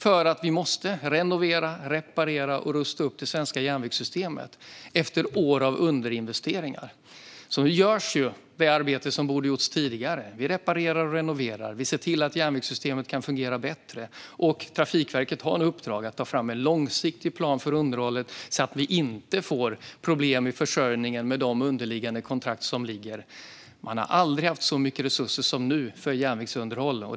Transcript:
Vi måste nämligen renovera, reparera och rusta upp det svenska järnvägssystemet efter år av underinvesteringar. Vi gör det arbete som borde gjorts tidigare. Vi reparerar och renoverar. Vi ser till att järnvägssystemet kan fungera bättre. Och Trafikverket har nu i uppdrag att ta fram en långsiktig plan för underhållet så att vi inte får problem i försörjningen med de underliggande kontrakt som finns. Man har aldrig haft så mycket resurser som nu för järnvägsunderhåll.